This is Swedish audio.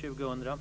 2001